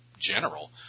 general